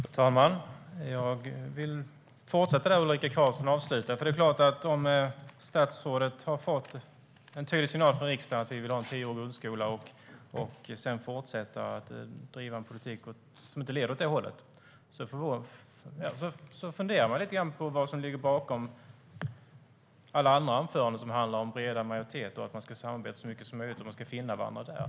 Fru talman! Jag vill ta vid där Ulrika Carlsson slutade. Om statsrådet har fått en tydlig signal från riksdagen om att vi vill ha en tioårig grundskola och sedan fortsätter att driva en politik som inte leder till det undrar man såklart vad som ligger bakom alla de anföranden som handlar om breda majoriteter, att vi ska samarbeta så mycket som möjligt och att vi ska finna varandra.